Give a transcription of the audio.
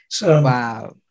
Wow